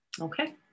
Okay